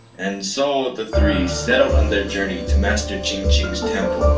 and so the three settled on their journey to master ching ching's temple.